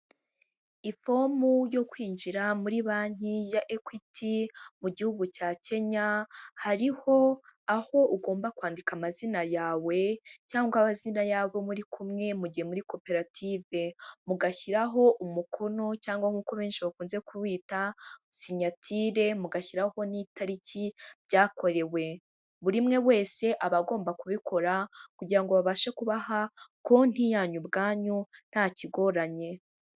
Ifomu yo kwinjira muri banki ya Ekwiti mu gihugu cya Kenya, hariho aho ugomba kwandika amazina yawe cyangwa amazina y'abo muri kumwe mu gihe muri koperative, mugashyiraho umukono cyangwa nkuko benshi bakunze kuwita sinyatire mugashyiraho n'itariki byakorewe. Buri umwe wese aba agomba kubikora kugira ngo babashe kubaha konti yanyu ubwanyu nta kigoranye.